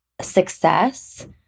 success